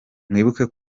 mwibuke